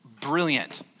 brilliant